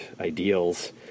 ideals